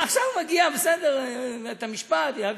עכשיו זה מגיע לבית-המשפט, יעבירו.